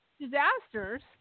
disasters